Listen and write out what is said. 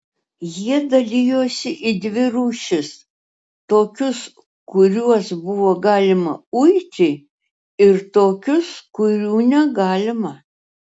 jie dalijosi į dvi rūšis tokius kuriuos buvo galima uiti ir tokius kurių negalima